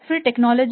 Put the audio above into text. फिर तकनीक